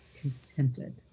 contented